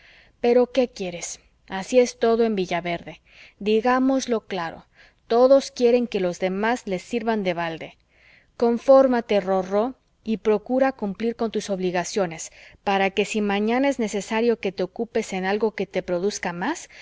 pero qué quieres así es todo en villaverde digámoslo claro todos quieren que los demás les sirvan de balde confórmate rorró y procura cumplir con tus obligaciones para que si mañana es necesario que te ocupes en algo que te produzca más